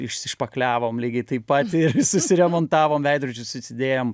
išsišpakliavom lygiai taip pat ir susiremontavom veidrodžius susidėjom